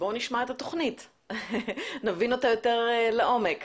נשמע את התכנית ונבין אותה יותר לעומק.